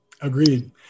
Agreed